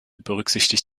berücksichtigt